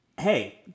Hey